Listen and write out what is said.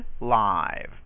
live